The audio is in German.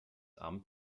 amt